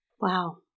Wow